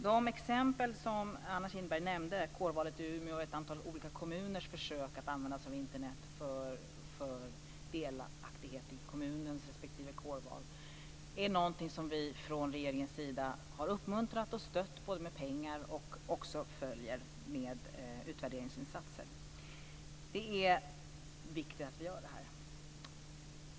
De exempel som Anna Kinberg nämnde, kårvalet i Umeå och ett antal kommuners försök att använda sig av Internet för delaktighet i kommunens beslut, är något som vi från regeringens sida har uppmuntrat och stött med pengar och också följer upp med utvärderingsinsatser. Det är viktigt att vi gör det här.